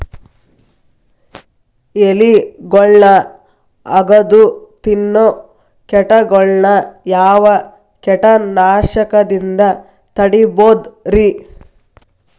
ಎಲಿಗೊಳ್ನ ಅಗದು ತಿನ್ನೋ ಕೇಟಗೊಳ್ನ ಯಾವ ಕೇಟನಾಶಕದಿಂದ ತಡಿಬೋದ್ ರಿ?